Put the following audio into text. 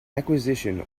acquisition